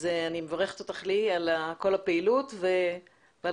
אני מברכת אותך ליהי על כל הפעילות ועל